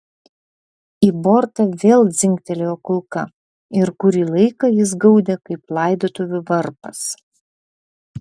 į bortą vėl dzingtelėjo kulka ir kurį laiką jis gaudė kaip laidotuvių varpas